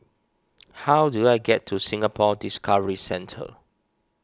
how do I get to Singapore Discovery Centre